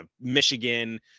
Michigan